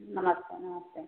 नमस्ते नमस्ते